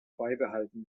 beibehalten